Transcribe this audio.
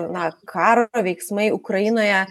na karo veiksmai ukrainoje